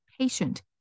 patient